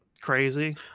crazy